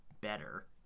better